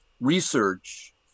research